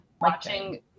Watching